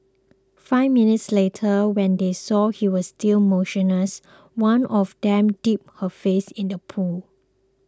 five minutes later when they saw he was still motionless one of them dipped her face in the pool